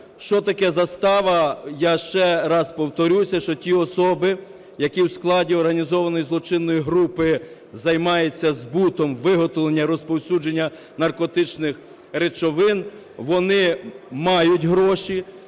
Що таке застава, я ще раз повторюся, що ті особи, які в складі організованої злочинної групи займаються збутом, виготовленням, розповсюдженням наркотичних речовин, вони мають гроші.